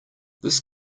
this